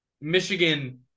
Michigan